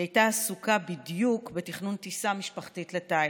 היא הייתה עסוקה בדיוק בתכנון טיסה משפחתית לתאילנד,